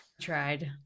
tried